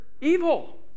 evil